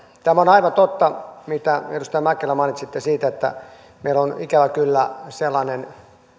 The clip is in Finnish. tämä on aivan totta mitä edustaja mäkelä mainitsitte siitä että meillä on ikävä kyllä sellainen